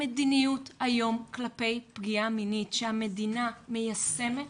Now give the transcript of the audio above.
המדיניות היום כלפי פגיעה מינית שהמדינה מיישמת